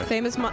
Famous